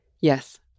Yes